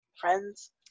friends